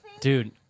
Dude